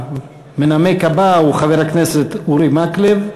המנמק הבא הוא חבר הכנסת אורי מקלב,